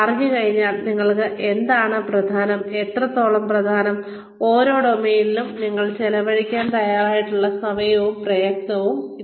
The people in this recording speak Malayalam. നിങ്ങൾ അറിഞ്ഞുകഴിഞ്ഞാൽ നിങ്ങൾക്ക് എന്താണ് പ്രധാനം എത്രത്തോളം പ്രധാനമാണ് ഈ ഓരോ ഡൊമെയ്നിലും നിങ്ങൾ ചെലവഴിക്കാൻ തയ്യാറായിട്ടുള്ള സമയവും പ്രയത്നവും എത്രയാണ്